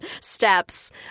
steps